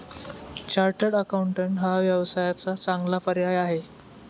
chartered accountant हा व्यवसायाचा चांगला पर्याय आहे